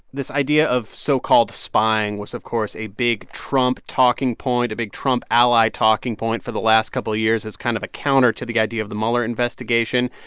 this idea of so-called spying was, of course, a big trump talking point, a big trump ally talking point for the last couple of years as kind of a counter to the idea of the mueller investigation.